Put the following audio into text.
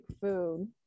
food